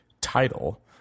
title